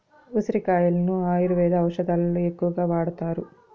ఉసిరి కాయలను ఆయుర్వేద ఔషదాలలో ఎక్కువగా వాడతారు